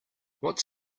what’s